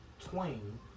twain